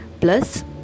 Plus